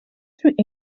through